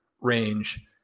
range